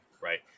right